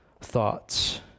thoughts